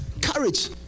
Courage